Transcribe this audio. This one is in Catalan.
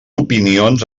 opinions